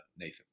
Nathan